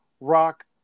rock